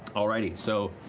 all righty, so